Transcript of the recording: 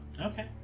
Okay